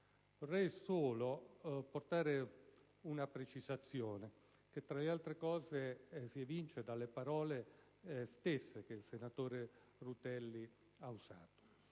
Vorrei solo fare una precisazione, che tra le altre cose si evince dalle parole che il senatore Rutelli ha usato.